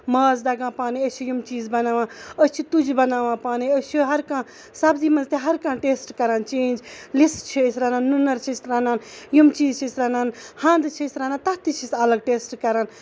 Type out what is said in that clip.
ماز دَگان پانٕے أسۍ ہِ یِم چیٖز بَناون أسۍ چھِ تُجہِ بَناون پانٕے أسۍ چھِ ہر کانہہ سَبزی منٛز تہِ ہر کانہہ ٹیسٹ کران چینج لِسہٕ چھِ أسۍ رَنان نُنر چھِ أسۍ رَنان یِم چیٖز چھِ أسۍ رَنان ہَند چھِ أسۍ رَنان تَتھ تہِ چھِ أسۍ الگ ٹیسٹ کران